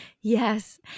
Yes